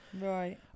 right